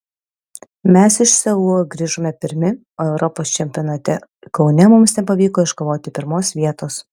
mes iš seulo grįžome pirmi o europos čempionate kaune mums nepavyko iškovoti pirmos vietos